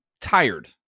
tired